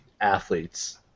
athletes